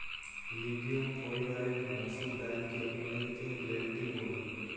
legume পরিবারের মসুর ডাইলকে ইংরেজিতে লেলটিল ব্যলে